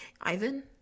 Ivan